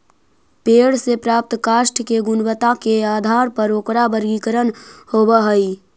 पेड़ से प्राप्त काष्ठ के गुणवत्ता के आधार पर ओकरा वर्गीकरण होवऽ हई